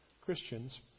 Christians